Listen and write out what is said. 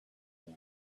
yet